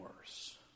worse